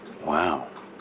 Wow